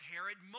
Herod